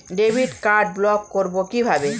Debit card block করব কিভাবে?